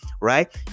right